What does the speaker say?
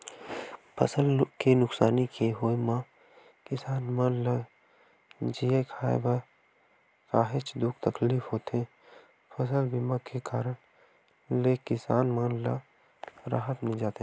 फसल के नुकसानी के होय म किसान मन ल जीए खांए बर काहेच दुख तकलीफ होथे फसल बीमा के कराय ले किसान मन ल राहत मिल जाथे